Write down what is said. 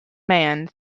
man